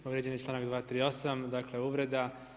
Povrijeđen je članak 238. dakle uvreda.